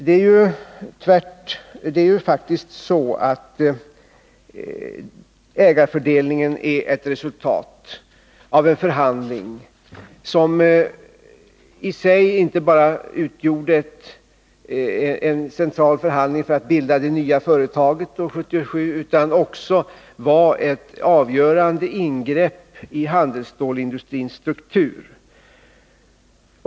Den är faktiskt ett resultat av en förhandling, som i sig inte bara utgjorde en central förhandling för att bilda det nya företaget år 1977 utan också var ett avgörande ingrepp i handelsstålsindustrins struktur.